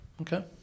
Okay